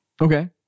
okay